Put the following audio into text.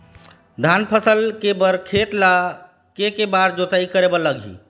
धान फसल के बर खेत ला के के बार जोताई करे बर लगही?